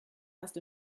erst